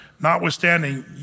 Notwithstanding